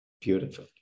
Beautiful